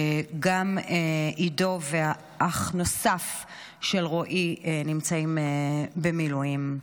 גם עידו ואח נוסף של רועי נמצאים במילואים.